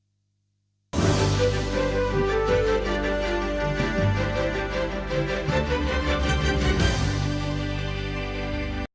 Дякую